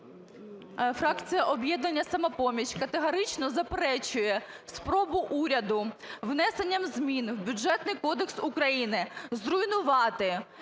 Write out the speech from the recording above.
Фракція "Об'єднання "Самопоміч" категорично заперечує спробу уряду внесенням змін в Бюджетний кодекс України зруйнувати